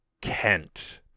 Kent